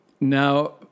Now